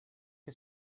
que